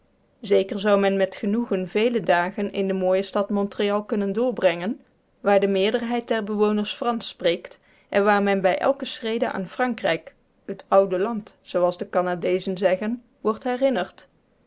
zeker zou men met genoegen vele dagen in de mooie stad montreal kunnen doorbrengen waar de meerderheid der bewoners fransch spreekt en waar men bij elke schrede aan frankrijk het oude land zooals de canadeezen zeggen wordt herinnerd